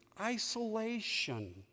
isolation